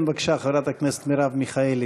כן, בבקשה, חברת הכנסת מרב מיכאלי,